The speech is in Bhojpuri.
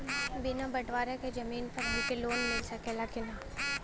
बिना बटवारा के जमीन पर हमके लोन मिल सकेला की ना?